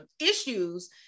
issues